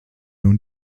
nun